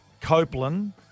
Copeland